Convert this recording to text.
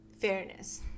fairness